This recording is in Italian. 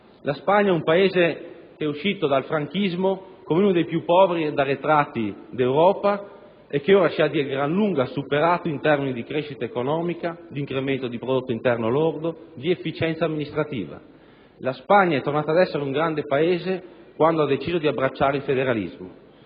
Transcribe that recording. La Spagna è un Paese che è uscito dal franchismo come uno dei più poveri ed arretrati d'Europa e che ora ci ha di gran lunga superato in termini di crescita economica, di incremento di prodotto interno lordo e di efficienza amministrativa. La Spagna è tornata ad essere un grande Paese quando ha deciso di abbracciare il federalismo: